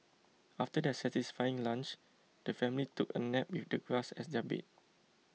after their satisfying lunch the family took a nap with the grass as their bed